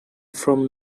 from